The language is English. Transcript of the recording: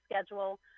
schedule